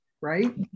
right